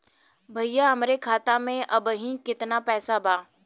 भईया हमरे खाता में अबहीं केतना पैसा बा?